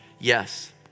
Yes